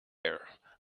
air